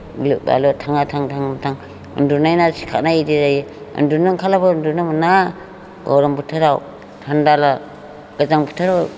गिलु बालु थाङा थां थाङा थां उन्दुनाय ना सिखारनाय बेदि जायो उन्दुनो ओंखारलाबो उन्दुनो मोना गरम बोथोराव थान्दाब्ला गोजां बोथोराव